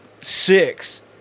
six